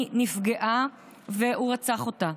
היא נפגעה והוא רצח אותה.